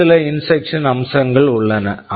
வேறு சில instruction instruction அம்சங்கள் உள்ளன